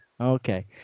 okay